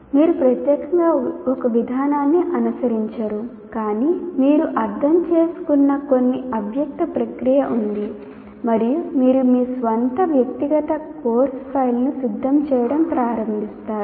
మీరు ప్రత్యేకంగా ఒక విధానాన్ని అనుసరించరు కానీ మీరు అర్థం చేసుకున్న కొన్ని అవ్యక్త ప్రక్రియ ఉంది మరియు మీరు మీ స్వంత వ్యక్తిగత కోర్సు ఫైల్ను సిద్ధం చేయడం ప్రారంభిస్తారు